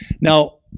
Now